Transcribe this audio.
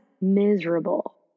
miserable